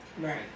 Right